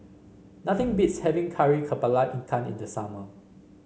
nothing beats having Kari kepala Ikan in the summer